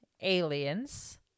aliens